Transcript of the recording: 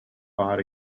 fought